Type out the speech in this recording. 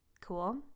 Cool